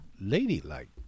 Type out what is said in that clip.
ladylike